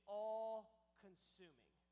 all-consuming